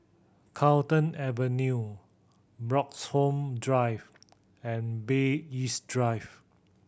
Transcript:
Carlton Avenue Bloxhome Drive and Bay East Drive